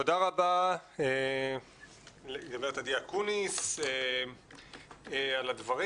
תודה רבה לגברת עדי אקוניס על הדברים.